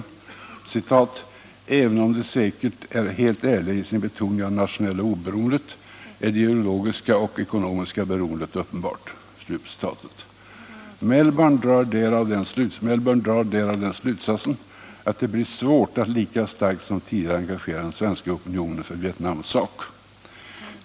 Och även om de säkert är helt ärliga i sin betoning av det nationella oberoendet är det ideologiska och ekonomiska beroendet av Sovjet uppenbart.” Mellbourn drar därav den slutsatsen att det blir svårt att lika starkt som tidigare engagera den svenska opinionen för Vietnams sak.